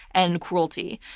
and cruelty.